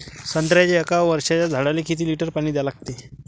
संत्र्याच्या एक वर्षाच्या झाडाले किती लिटर पाणी द्या लागते?